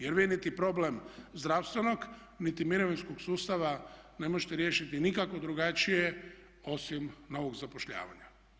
Jer vi niti problem zdravstvenog niti mirovinskog sustava ne možete riješiti nikako drugačije osim novog zapošljavanja.